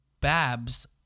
Babs